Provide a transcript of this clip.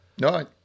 No